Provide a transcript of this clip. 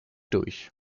durch